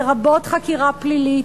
לרבות חקירה פלילית,